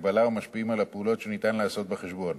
הגבלה ומשפיעים על הפעולות שניתן לעשות בחשבון.